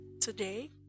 today